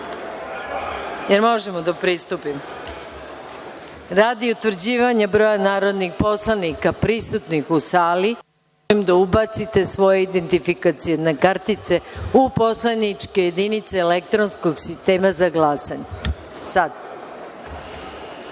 utvrdimo kvorum. Radi utvrđivanja broja narodnih poslanika prisutnih u sali, molim da ubacite svoje identifikacione kartice u poslaničke jedinice elektronskog sistema za glasanje. Konstatujem